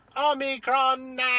Omicron